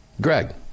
Greg